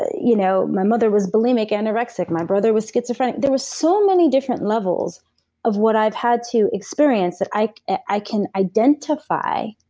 you know. my mother was bulimic anorexic, my brother was schizophrenic there were so many different levels of what i've had to experience that i i can identify